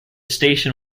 station